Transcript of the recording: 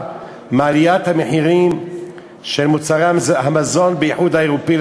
מעליית המחירים של מוצרי המזון באיחוד האירופי,